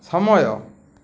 ସମୟ